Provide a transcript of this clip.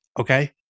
Okay